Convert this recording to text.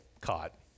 caught